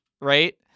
right